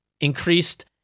increased